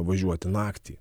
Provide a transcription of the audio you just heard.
važiuoti naktį